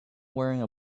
wearing